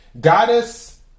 Goddess